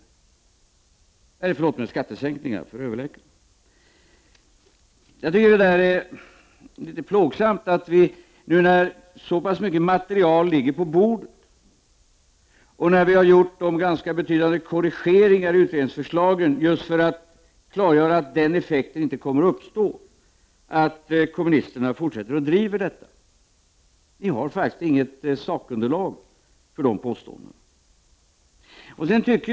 Jag tycker att det är plågsamt att kommunisterna fortsätter att driva de resonemanget, trots att vi nu fått fram så mycket material på bordet och trots att vi har gjort ganska betydande korrigeringar i utredningsförslaget för att klargöra att den effekten inte kommer att uppstå. Ni har faktiskt inget sakunderlag för era påståenden.